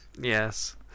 Yes